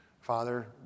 Father